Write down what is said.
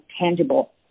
tangible